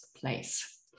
place